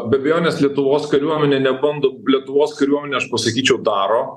be abejonės lietuvos kariuomenė ne bando lietuvos kariuomenė aš pasakyčiau daro